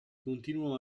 continuò